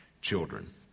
children